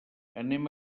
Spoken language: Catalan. anem